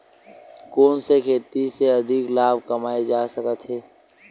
कोन सा खेती से अधिक लाभ कमाय जा सकत हे?